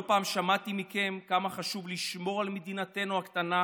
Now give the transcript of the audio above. לא פעם שמעתי מכם כמה חשוב לשמור על מדינתנו הקטנה,